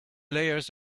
layers